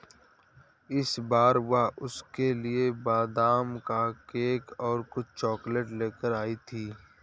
इस बार वह उसके लिए बादाम का केक और कुछ चॉकलेट लेकर आई थी